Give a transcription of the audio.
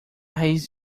raiz